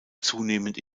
zunehmend